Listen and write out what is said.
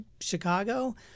Chicago